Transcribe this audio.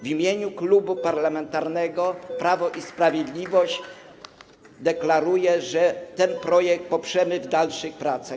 W imieniu Klubu Parlamentarnego Prawo i Sprawiedliwość deklaruję, że ten projekt poprzemy w dalszych pracach.